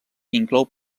inclou